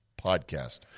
podcast